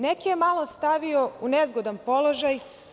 Neke je malo stavio u nezgodan položaj.